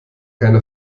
keine